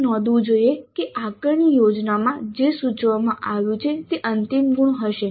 એ નોંધવું જોઇએ કે આકારણી યોજનામાં જે સૂચવવામાં આવ્યું છે તે અંતિમ ગુણ હશે